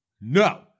No